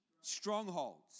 strongholds